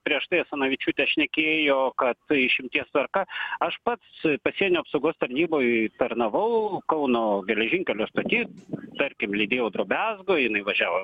prieš tai asanavičiūtė šnekėjo kad išimties tvarka aš pats su pasienio apsaugos tarnyboj tarnavau kauno geležinkelio stoty tarkim lydėjau drobezgo jinai važiavo